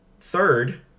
Third